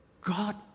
God